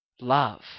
love